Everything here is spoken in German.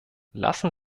lassen